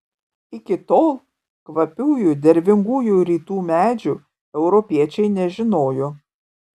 iki tol kvapiųjų dervingųjų rytų medžių europiečiai nežinojo